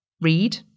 Read